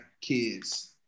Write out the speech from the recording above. kids